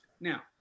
now